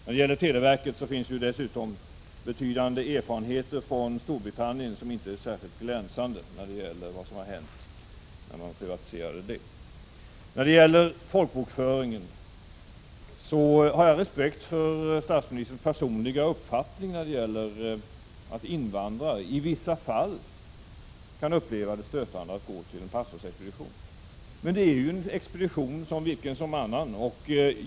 När det gäller televerket finns det dessutom betydande erfarenheter från Storbritannien som inte är särskilt glänsande — vad som hände när man privatiserade motsvarande verk där. I fråga om folkbokföringen har jag respekt för statsministerns personliga uppfattning att invandrare i vissa fall kan uppleva det som stötande att gå till en pastorsexpedition. Men det är ju en expedition som vilken som helst annan.